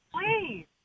please